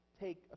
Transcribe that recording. take